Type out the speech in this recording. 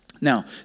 Now